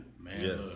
Man